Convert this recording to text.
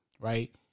Right